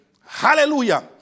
Hallelujah